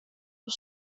jag